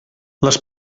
les